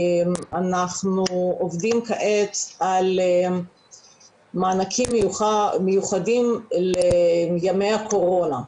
אנחנו עובדים כעת על מענקים מיוחדים לימי הקורונה.